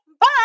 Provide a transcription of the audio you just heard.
Bye